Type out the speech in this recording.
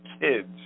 kids